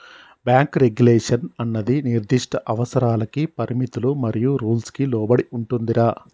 bank regulation అన్నది నిర్దిష్ట అవసరాలకి పరిమితులు మరియు రూల్స్ కి లోబడి ఉంటుందిరా